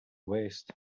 waste